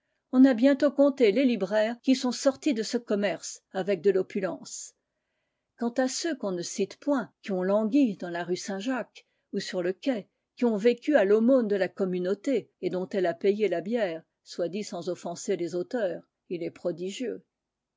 on a bientôt compté les libraires qui sont sortis de ce commerce avec de l'opulence quant à ceux qu'on ne cite point qui ont langui dans la rue saint-jacques ou sur le quai qui ont vécu à l'aumône de la communauté et dont elle a payé la bière soit dit sans offenser les auteurs il est prodigieux